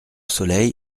soleil